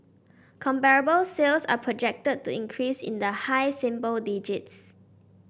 comparable sales are projected to increase in the high symbol digits